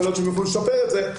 יכול להיות שהם יוכלו לשפר את זה,